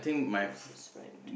closest friend